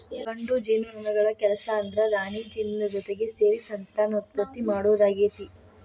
ಗಂಡು ಜೇನುನೊಣಗಳ ಕೆಲಸ ಅಂದ್ರ ರಾಣಿಜೇನಿನ ಜೊತಿಗೆ ಸೇರಿ ಸಂತಾನೋತ್ಪತ್ತಿ ಮಾಡೋದಾಗೇತಿ